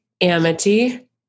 Amity